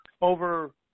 Over